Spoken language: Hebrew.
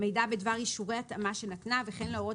מידע בדבר אישורי התאמה שנתנה וכן להורות